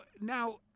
now